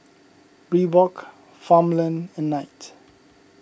Reebok Farmland and Knight